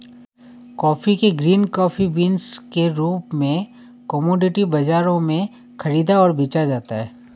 coffee को green coffee beans के रूप में कॉमोडिटी बाजारों में खरीदा और बेचा जाता है